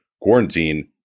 quarantine